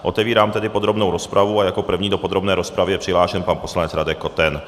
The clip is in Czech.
Otevírám tedy podrobnou rozpravu a jako první do podrobné rozpravy je přihlášen pan poslanec Radek Koten.